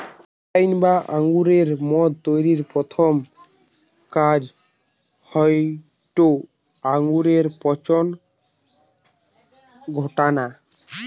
wine বা আঙুরের মদ তৈরির প্রথম কাজ হয়টে আঙুরে পচন ঘটানা